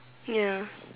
ya